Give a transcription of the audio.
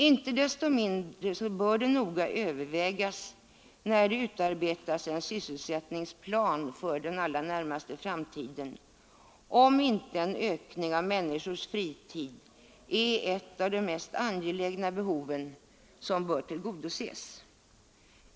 Inte desto mindre bör det noga övervägas när det utarbetas en sysselsättningsplan för den allra närmaste framtiden, om inte en ökning av människors fritid är ett av de mest angelägna behov som bör tillgodoses.